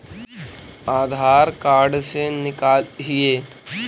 आधार card से निकाल हिऐ?